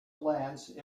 glance